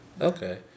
Okay